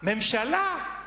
ממשלה,